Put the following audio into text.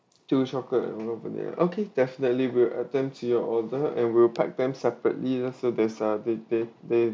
two chocolate and one vanilla okay definitely we'll add them to your order and will pack them separately lah so there's uh they they they